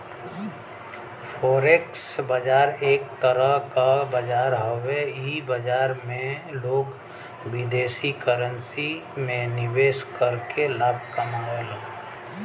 forex बाजार एक तरह क बाजार हउवे इ बाजार में लोग विदेशी करेंसी में निवेश करके लाभ कमावलन